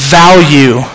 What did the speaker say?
value